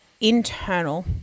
internal